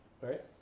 Right